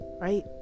right